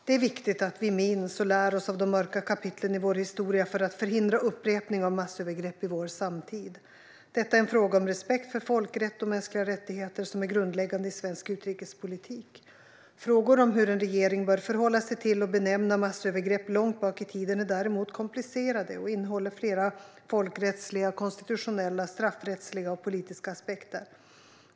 Det är viktigt att vi minns och lär oss av de mörka kapitlen i vår historia för att förhindra upprepning av massövergrepp i vår samtid. Detta är en fråga om respekt för folkrätt och mänskliga rättigheter som är grundläggande i svensk utrikespolitik. Frågor om hur en regering bör förhålla sig till, och benämna, massövergrepp långt bak i tiden är däremot komplicerade och innehåller flera folkrättsliga, konstitutionella, straffrättsliga och politiska aspekter.